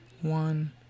one